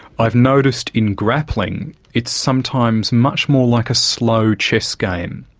i've noticed in grappling it's sometimes much more like a slow chess game,